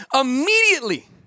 Immediately